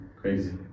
Crazy